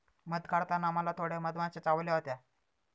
मध काढताना मला थोड्या मधमाश्या चावल्या होत्या